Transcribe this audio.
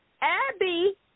Abby